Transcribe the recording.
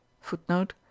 footnote